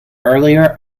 earlier